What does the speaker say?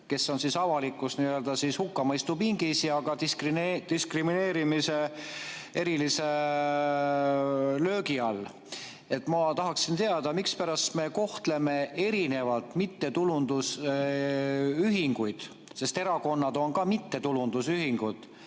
kes on avalikus hukkamõistupingis ja ka diskrimineerimise erilise löögi all. Ma tahaksin teada, mispärast me kohtleme erinevalt mittetulundusühinguid. Erakonnad on ka mittetulundusühingud.